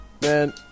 Man